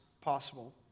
possible